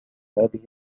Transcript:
هذه